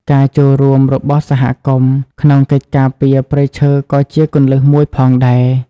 ការចូលរួមរបស់សហគមន៍ ក្នុងកិច្ចការពារព្រៃឈើក៏ជាគន្លឹះមួយផងដែរ។